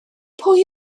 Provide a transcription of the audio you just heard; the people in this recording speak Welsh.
pwy